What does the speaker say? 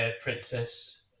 Princess